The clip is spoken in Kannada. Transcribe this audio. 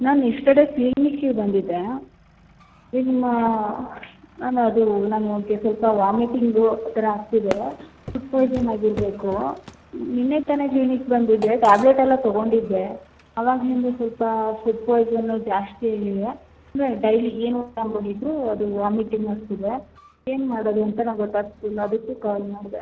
ನಾನು ಎಸ್ಟರ್ಡೇ ಕ್ಲಿನಿಕಿಗೆ ಬಂದಿದ್ದೇ ನಿಮ್ಮ ಮ್ಯಾಮ್ ಅದೂ ನಂಗೆ ಸ್ವಲ್ಪ ವಾಮಿಟಿಂಗು ಆ ಥರ ಆಗ್ತಿದೆ ಫುಡ್ ಪಾಯ್ಸನ್ ಆಗಿರ್ಬೇಕೂ ನೆನ್ನೆ ತಾನೆ ಕ್ಲಿನಿಕ್ ಬಂದಿದ್ದೆ ಟ್ಯಾಬ್ಲೆಟೆಲ್ಲಾ ತಗೊಂಡಿದ್ದೆ ಅವಾಗಿನಿಂದ ಸ್ವಲ್ಪಾ ಫುಡ್ ಪಾಯ್ಸನ್ನು ಜಾಸ್ತಿ ಆಗಿದೆ ಅಂದರೆ ಡೈಲಿ ಏನು ಊಟ ಮಾಡಿದರೂ ಅದು ವಾಮಿಟಿಂಗ್ ಆಗ್ತಿದೆ ಏನು ಮಾಡೋದು ಅಂತ ನಂಗೆ ಗೊತ್ತಾಗ್ತಿಲ್ಲ ಅದಕ್ಕೆ ಕಾಲ್ ಮಾಡಿದೆ